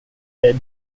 bid